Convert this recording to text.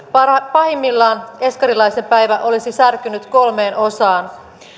pahimmillaan eskarilaisen päivä olisi särkynyt kolmeen osaan